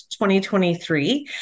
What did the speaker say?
2023